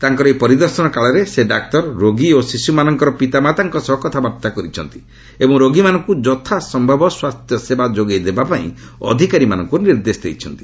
ତାଙ୍କର ଏହି ପରିଦର୍ଶନ କାଳରେ ସେ ଡାକ୍ତର ରୋଗୀ ଓ ଶିଶୁମାନଙ୍କୁ ପିତାମାତାମାନଙ୍କ ସହ କଥାବାର୍ତ୍ତା କରିଛନ୍ତି ଏବଂ ରୋଗୀମାନଙ୍କୁ ଯଥାସମ୍ଭବ ସ୍ୱାସ୍ଥ୍ୟସେବା ଯୋଗାଇ ଦେବାପାଇଁ ଅଧିକାରୀମାନଙ୍କୁ ନିର୍ଦ୍ଦେଶ ଦେଇଛନ୍ତି